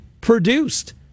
produced